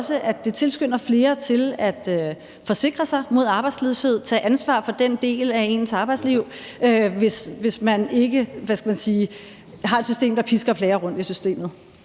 det tilskynder flere til at forsikre sig mod arbejdsløshed og tage ansvar for den del af ens arbejdsliv, hvis man ikke har et system, der pisker folk rundt i jobcentrene.